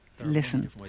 listen